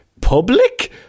public